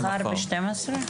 13:00.